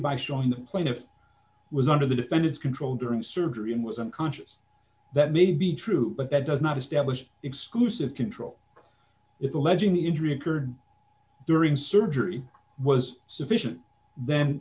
by showing the plaintiff was under the defendant's control during surgery and was unconscious that may be true but that does not establish exclusive control if alleging the injury occurred during surgery was sufficient th